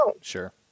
Sure